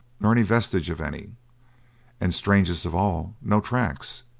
nor any vestige of any and strangest of all, no tracks.